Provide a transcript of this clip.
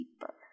deeper